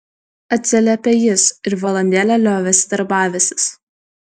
atsiliepė jis ir valandėlę liovėsi darbavęsis